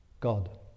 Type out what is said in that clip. God